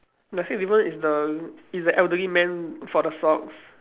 the sixth difference is the is the elderly man for the socks